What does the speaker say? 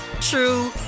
true